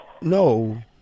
no